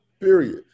period